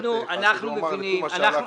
והוא אמר שלפי מה ---,